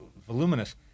voluminous